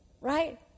Right